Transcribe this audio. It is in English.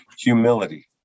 humility